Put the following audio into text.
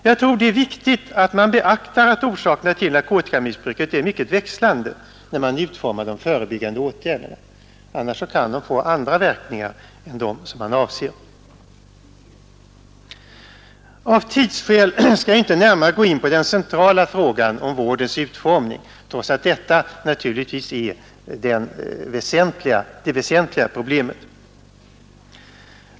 Jag tror att det är viktigt att man beaktar att orsakerna till narkotikamissbruket är mycket växlande, när man utformar de förebyggande åtgärderna; annars kan de få andra verkningar än dem man har avsett. Av tidsskäl skall jag inte närmare gå in på den centrala frågan om vårdens utformning, trots att detta naturligtvis är det väsentliga problemet.